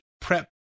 prep